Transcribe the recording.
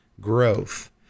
growth